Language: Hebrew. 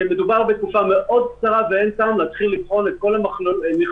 שמדובר בתקופה קצרה מאוד ואין טעם להתחיל לבחון את כל המכלולים,